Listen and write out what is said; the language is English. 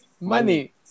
money